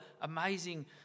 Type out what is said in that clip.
amazing